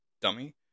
dummy